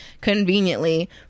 conveniently